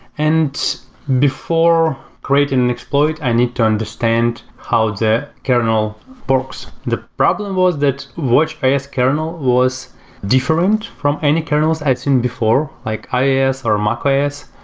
and before creating an exploit, i need to understand how the kernel works. the problem was that which ios kernel was different from any kernels i've seen before, like ios or mac os,